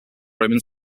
roman